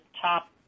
top